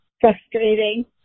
frustrating